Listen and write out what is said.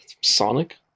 Sonic